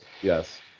Yes